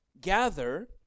gather